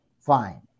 fine